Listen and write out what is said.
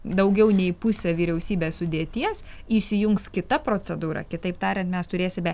daugiau nei pusė vyriausybės sudėties įsijungs kita procedūra kitaip tariant mes turėsime